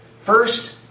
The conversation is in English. First